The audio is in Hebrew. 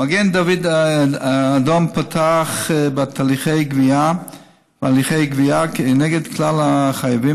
מגן דוד אדום פתח בהליכי גבייה כנגד כלל החייבים